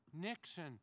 Nixon